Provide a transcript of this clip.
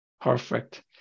Perfect